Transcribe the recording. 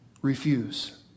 refuse